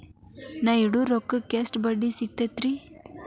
ನಾ ಇಡೋ ರೊಕ್ಕಕ್ ಎಷ್ಟ ಬಡ್ಡಿ ಸಿಕ್ತೈತ್ರಿ?